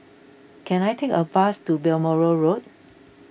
can I take a bus to Balmoral Road